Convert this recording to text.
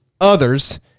others